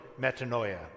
metanoia